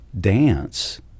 dance